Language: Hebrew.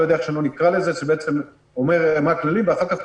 איך שלא נקרא לזה שזה אומר מה הכללים ואחר כך,